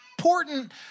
Important